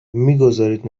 میگذارید